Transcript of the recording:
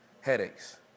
headaches